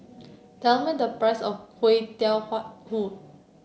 tell me the price of Kui Tiao Hhuat Kuih